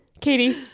Katie